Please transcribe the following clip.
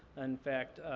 in fact,